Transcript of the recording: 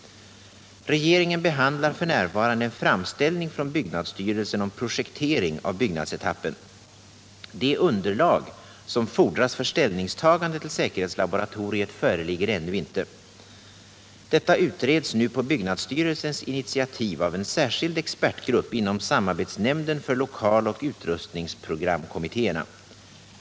Regeringen behandlar f. n. en framställning från byggnadsstyrelsen om projektering av byggnadsetappen. Det underlag som fordras för ställningstagande till säkerhetslaboratoriet föreligger ännu inte. Detta utreds nu på byggnadsstyrelsens initiativ av en särskild expertgrupp inom samarbetsnämnden för lokaloch utrustningsprogramkommittéerna.